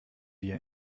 wir